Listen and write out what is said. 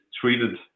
treated